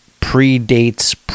predates